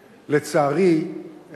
לצערי,